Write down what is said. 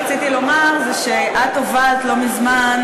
רציתי לומר שהובלת לא מזמן,